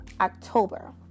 october